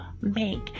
make